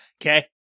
Okay